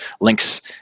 links